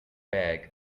bag